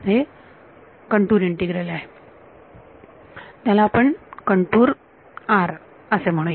हे contour integral आहे त्याला आपण कंटूर R असे म्हणू या